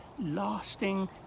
Lasting